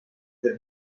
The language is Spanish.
del